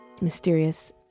mysterious